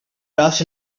trust